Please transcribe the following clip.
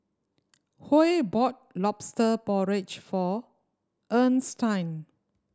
Huey bought Lobster Porridge for Earnestine